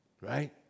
right